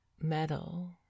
metal